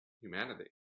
humanity